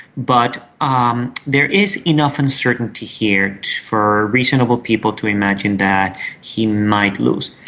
but um there is enough uncertainty here for reasonable people to imagine that he might lose.